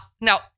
Now